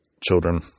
children